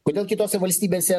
kodėl kitose valstybėse